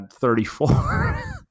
34